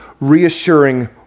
reassuring